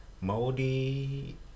moldy